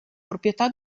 proprietà